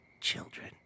Children